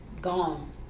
gone